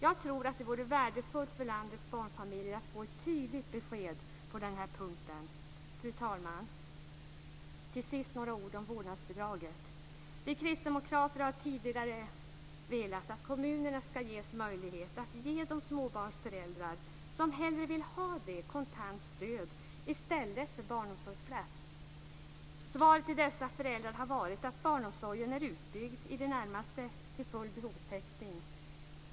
Jag tror att det vore värdefullt för landets barnfamiljer att få ett tydligt besked på denna punkt. Fru talman! Till sist vill jag säga några ord om vårdnadsbidraget. Vi kristdemokrater har tidigare velat att kommunerna skall ges möjlighet att ge de småbarnsföräldrar som hellre vill ha det kontant stöd i stället för barnomsorgsplats. Svaret till dessa föräldrar har varit att barnomsorgen är utbyggd till i det närmaste full behovstäckning.